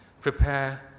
prepare